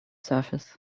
surface